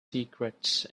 secrets